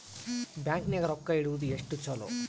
Bank ನಾಗ ರೊಕ್ಕ ಇಡುವುದು ಎಷ್ಟು ಚಲೋ?